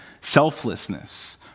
selflessness